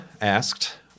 asked